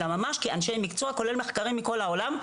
אלא ממש כאנשי מקצוע כולל מחקרים מכל העולם,